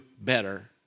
better